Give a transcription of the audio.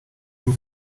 rw’u